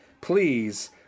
please